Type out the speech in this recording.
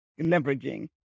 leveraging